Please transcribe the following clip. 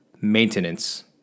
maintenance